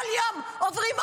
כל יום עוברים אונס,